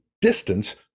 distance